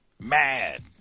mad